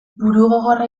burugogorra